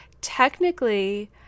Technically